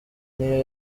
niyo